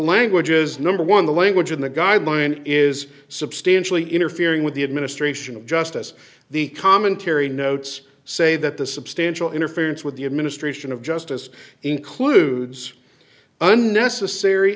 language is number one the language in the guideline is substantially interfering with the administration of justice the commentary notes say that the substantial interference with the administration of justice includes unnecessary